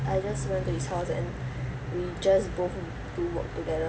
I just went to his house and we just both do work together